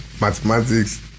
Mathematics